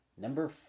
Number